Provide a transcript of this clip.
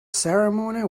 ceremony